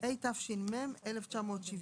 התש"ם 1970,